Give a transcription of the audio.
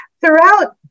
throughout